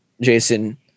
Jason